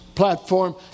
Platform